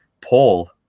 paul